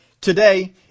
Today